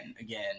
again